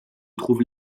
trouve